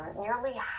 nearly